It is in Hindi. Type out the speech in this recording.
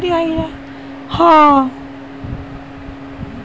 मुर्गी पालन में मुर्गी हैजा एक बहुत महत्वपूर्ण मुद्दा है